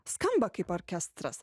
skamba kaip orkestras